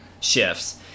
shifts